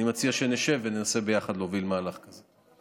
אני מציע שנשב וננסה ביחד להוביל מהלך כזה.